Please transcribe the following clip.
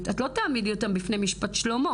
תעמידי אותם בפני משפט שלמה,